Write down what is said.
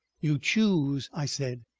you choose, i said.